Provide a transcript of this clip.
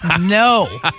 no